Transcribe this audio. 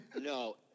No